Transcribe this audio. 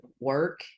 work